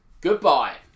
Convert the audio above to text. goodbye